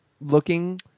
looking